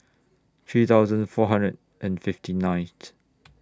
three thousand four hundred and fifty ninth